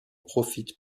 profite